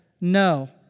no